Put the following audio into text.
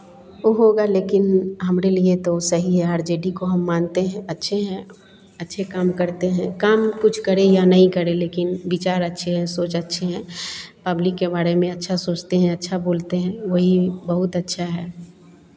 ओ होगा लेकिन हमरे लिए तो सही हैं आर जे डी को हम मानते हैं अच्छे हैं अच्छे काम करते हैं काम कुछ करें या नहीं करे लेकिन विचार अच्छे हैं सोच अच्छी है पब्लिक के बारे में अच्छा सोचते हैं अच्छा बोलते हैं वही बहुत अच्छा है